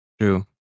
True